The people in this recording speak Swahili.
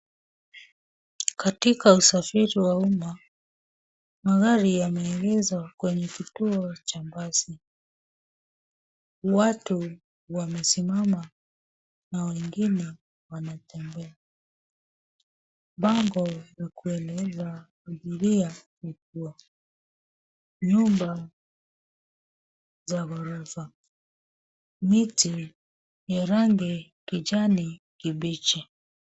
Katika usafiri wa umma, magari yameegeshwa kwenye kituo cha basi. Watu wamesimama na wengine wanatembea. Bango la kueleza abiria liko, nyumba za gorofa. Miti ya rangi kijani kibichi.